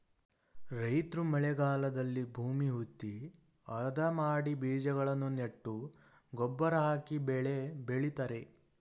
ರೈತ್ರು ಮಳೆಗಾಲದಲ್ಲಿ ಭೂಮಿ ಹುತ್ತಿ, ಅದ ಮಾಡಿ ಬೀಜಗಳನ್ನು ನೆಟ್ಟು ಗೊಬ್ಬರ ಹಾಕಿ ಬೆಳೆ ಬೆಳಿತರೆ